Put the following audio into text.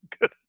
good